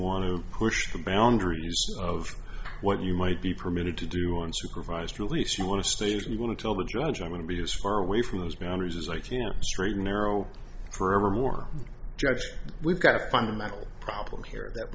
to push the boundaries of what you might be permitted to do on supervised release you want to state and you want to tell the judge i'm going to be as far away from those boundaries as i can straighten arrow forevermore judge we've got a fundamental problem here that